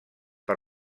per